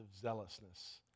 zealousness